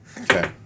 Okay